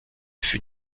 fut